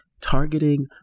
targeting